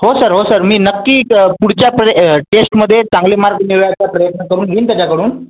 हो सर हो सर मी नक्की क पुढच्या प्रे ए टेश्टमध्ये चांगले मार्क मिळवायचा प्रयत्न करून घेईन त्याच्याकडून